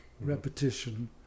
repetition